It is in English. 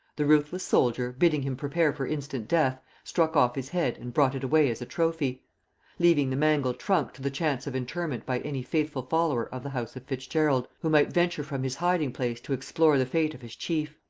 the ruthless soldier, bidding him prepare for instant death, struck off his head and brought it away as a trophy leaving the mangled trunk to the chance of interment by any faithful follower of the house of fitzgerald who might venture from his hiding-place to explore the fate of his chief.